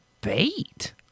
bait